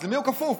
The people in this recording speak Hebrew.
אז למי הוא כפוף?